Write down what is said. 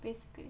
basically